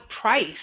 price